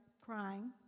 crying